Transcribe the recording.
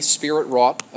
spirit-wrought